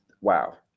wow